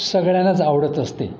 सगळ्यांनाच आवडत असते